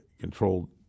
controlled